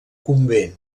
convent